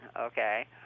okay